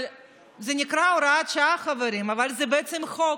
זה נקרא הוראת שעה, חברים, אבל זה בעצם חוק,